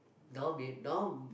now we now